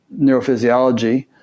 neurophysiology